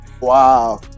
Wow